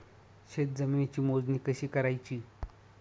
शेत जमिनीची मोजणी कशी करायची?